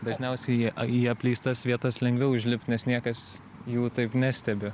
dažniausiai į apleistas vietas lengviau užlipt nes niekas jų taip nestebi